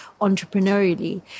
entrepreneurially